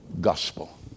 gospel